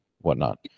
whatnot